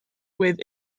with